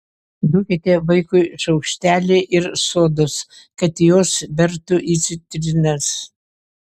duokite vaikui šaukštelį ir sodos kad jos bertų į citrinas